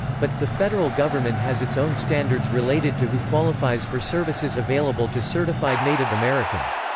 but, the federal government has its own standards related to who qualifies for services available to certified native americans.